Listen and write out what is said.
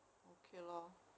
okay lor